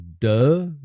Duh